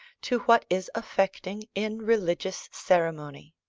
to what is affecting in religious ceremony.